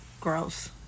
gross